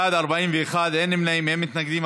בעד, 41, אין נמנעים, אין מתנגדים.